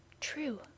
True